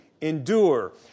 endure